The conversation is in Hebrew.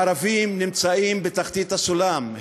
הערבים נמצאים בתחתית הסולם,